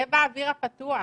שיהיה באוויר הפתוח,